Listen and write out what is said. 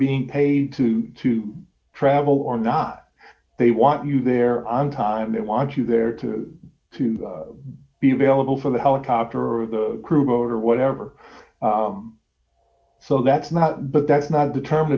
being paid to to travel or not they want you there on time they want you there to to be available for the helicopter or the crew boat or whatever so that's not but that's not determin